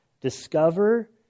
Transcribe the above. discover